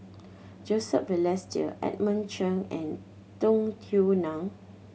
Joseph Balestier Edmund Chen and Tung Yue Nang